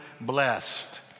blessed